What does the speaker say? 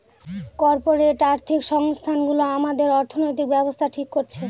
corporate আর্থিক সংস্থানগুলো আমাদের অর্থনৈতিক ব্যাবস্থা ঠিক করছে